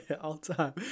All-time